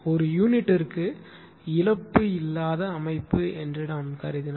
ஒரு யூனிட்டிற்கு இழப்பு இல்லாத அமைப்பு என்று கருதினால்